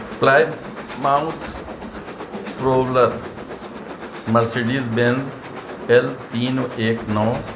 Plymouth propeller Mercedes Benz L تین ایک نو